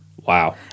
Wow